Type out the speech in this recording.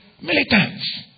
militants